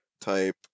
type